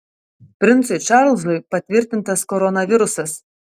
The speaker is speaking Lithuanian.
princui čarlzui patvirtintas koronavirusas